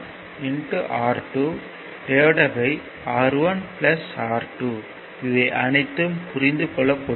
38 இவை அனைத்தும் புரிந்துகொள்ளக்கூடியது